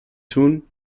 tun